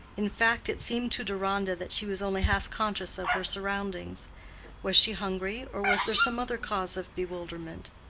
in fact, it seemed to deronda that she was only half conscious of her surroundings was she hungry, or was there some other cause of bewilderment?